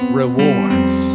rewards